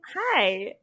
Hi